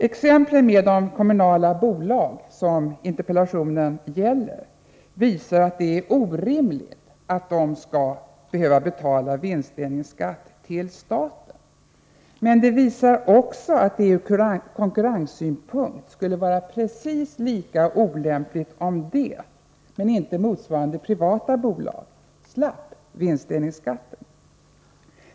Exemplen med de kommunala bolag som interpellationen gäller visar att det är orimligt att dessa bolag skall behöva betala vinstdelningsskatt till staten. Exemplen visar också att det från konkurrenssynpunkt skulle vara precis lika olämpligt om de kommunala bolagen men inte motsvarande privata bolag slapp vinstdelningsskatten.